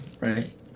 right